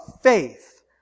faith